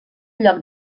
lloc